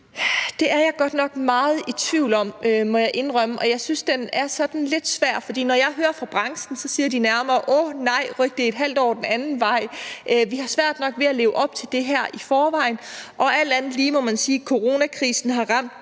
Det er jeg godt nok meget i tvivl om, må jeg indrømme, og jeg synes, den er sådan lidt svær, for når jeg hører fra branchen, siger de nærmere: Åh nej, ryk det ½ år den anden vej; vi har svært nok ved at leve op til det her i forvejen. Og alt andet lige må man sige, at coronakrisen har ramt